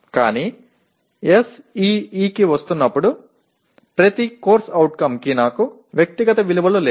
కానీ SEE కి వస్తున్నప్పుడు ప్రతి CO కి నాకు వ్యక్తిగత విలువలు లేవు